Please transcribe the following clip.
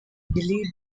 delete